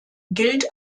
gilt